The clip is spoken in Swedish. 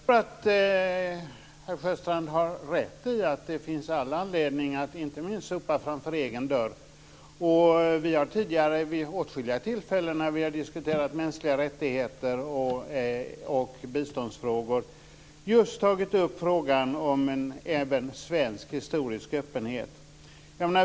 Fru talman! Jag tror att Sven-Erik Sjöstrand har rätt i att det finns all anledning att inte minst sopa framför egen dörr. Vi har tidigare vid åtskilliga tillfällen när vi har diskuterat mänskliga rättigheter och biståndsfrågor just tagit upp frågan om även en svensk historisk öppenhet.